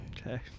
Okay